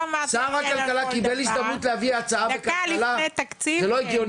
לא אמרתי כן על כל דבר, דקה לפני תקציב כן.